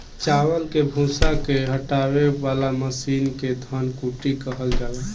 चावल के भूसी के हटावे वाला मशीन के धन कुटी कहल जाला